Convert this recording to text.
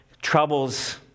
Troubles